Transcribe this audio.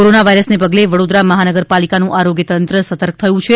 corona વાઈરસને પગલે વડોદરા મહાનગરપાલિકાનું આરોગ્ય સતર્ક થયું છે